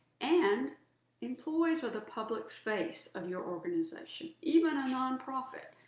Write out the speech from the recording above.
and employees are the public face of your organization, even a nonprofit.